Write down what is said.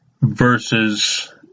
versus